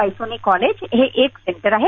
Raisoni college हे एक centre आहे